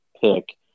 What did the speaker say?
pick